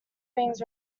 rings